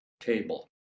table